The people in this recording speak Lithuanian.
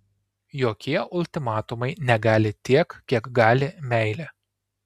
jokie ultimatumai negali tiek kiek gali meilė